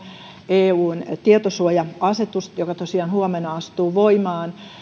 eun tietosuoja asetus joka tosiaan huomenna astuu voimaan